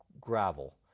gravel